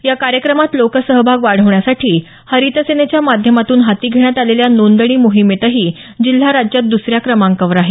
या कार्यक्रमात लोकसहभाग वाढवण्यासाठी हरित सेनेच्या माध्यमातून हाती घेण्यात आलेल्या नोंदणी मोहिमेतही जिल्हा राज्यात दुसऱ्या क्रमांकावर आहे